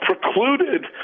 precluded